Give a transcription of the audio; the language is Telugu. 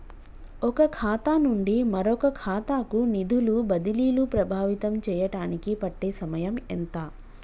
ఒక ఖాతా నుండి మరొక ఖాతా కు నిధులు బదిలీలు ప్రభావితం చేయటానికి పట్టే సమయం ఎంత?